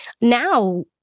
now